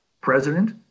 president